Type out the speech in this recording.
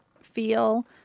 feel